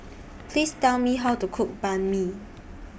Please Tell Me How to Cook Banh MI